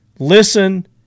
listen